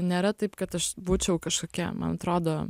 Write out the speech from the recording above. nėra taip kad aš būčiau kažkokia man atrodo